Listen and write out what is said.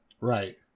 Right